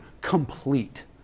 complete